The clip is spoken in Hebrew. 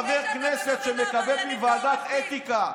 חבר כנסת שמקבל מוועדת אתיקה,